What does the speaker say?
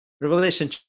Revelation